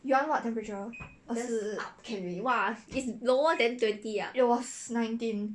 just up can already !wah! it's lower than twenty ah